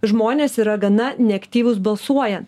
žmonės yra gana neaktyvūs balsuojant